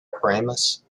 paramus